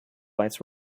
lights